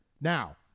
Now